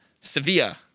Sevilla